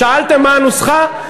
שאלתם מה הנוסחה?